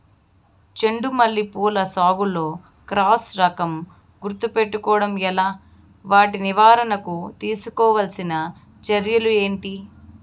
చెండు మల్లి పూల సాగులో క్రాస్ రకం గుర్తుపట్టడం ఎలా? వాటి నివారణకు తీసుకోవాల్సిన చర్యలు ఏంటి?